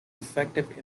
effective